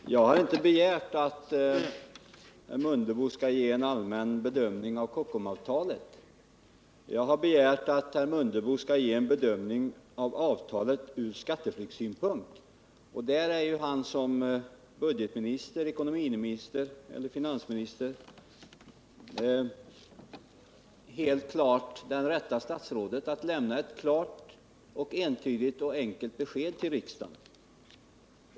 Herr talman! Jag har inte begärt att herr Mundebo skall göra en allmän bedömning av Kockumsavtalet. Jag har begärt att han skall göra en bedömning av avtalet från skatteflyktssynpunkt. Och där är han ju, som budgetoch ekonomiminister, helt uppenbart det rätta statsrådet att lämna ett klart, entydigt och enkelt besked till riksdagen.